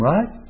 Right